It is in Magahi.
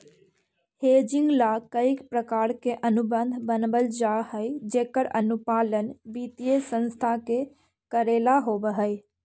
हेजिंग ला कईक प्रकार के अनुबंध बनवल जा हई जेकर अनुपालन वित्तीय संस्था के कऽरेला होवऽ हई